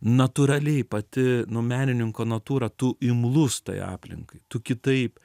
natūraliai pati nu menininko natūra tu imlus tai aplinkai tu kitaip